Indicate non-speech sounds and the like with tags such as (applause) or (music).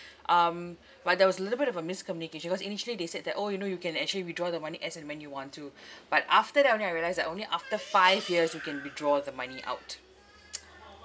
um but there was a little bit of a miscommunication cause initially they said that orh you know you can actually withdraw the money as and when you want to but after that only I realised that only after five years you can withdraw the money out (noise)